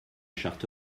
charte